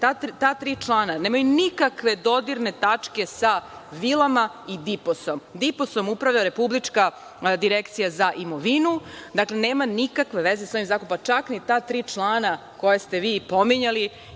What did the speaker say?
ta tri člana nemaju nikakve dodirne tačke sa vilama i DIPOS-om. DIPOS-om upravlja Republička direkcija za imovinu, dakle nema nikakve veze sa ovim zakonom. Čak ni ta tri člana koja ste vi pominjali,